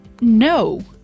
no